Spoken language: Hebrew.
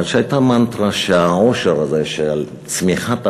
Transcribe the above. אבל הייתה מנטרה שהעושר הזה, של צמיחת המשק,